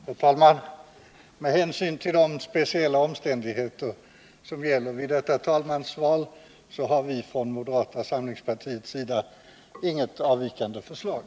Herr talman! Med hänsyn till de speciella omständigheter som gäller vid detta talmansval har vi från moderata samlingspartiets sida inget avvikande förslag.